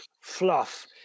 fluff